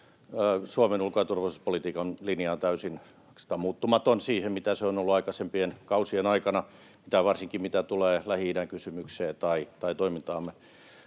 Suomen ulko- ja turvallisuuspolitiikan linja on oikeastaan täysin muuttumaton siihen, mitä se on ollut aikaisempien kausien aikana, varsinkin mitä tulee Lähi-idän kysymykseen tai toimintaamme